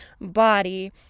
body